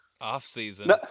Off-season